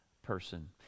person